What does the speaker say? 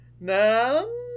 No